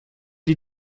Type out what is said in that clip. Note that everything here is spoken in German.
die